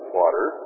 water